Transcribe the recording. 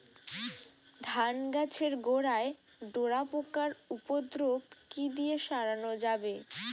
ধান গাছের গোড়ায় ডোরা পোকার উপদ্রব কি দিয়ে সারানো যাবে?